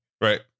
Right